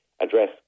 address